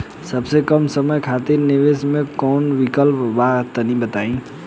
सबसे कम समय खातिर निवेश के कौनो विकल्प बा त तनि बताई?